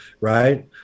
right